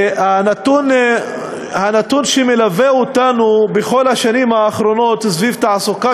הנתון שמלווה אותנו בכל השנים האחרונות סביב תעסוקה